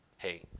Hey